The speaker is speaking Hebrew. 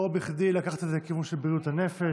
לא בכדי לקחת את זה לכיוון של בריאות הנפש.